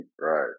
Right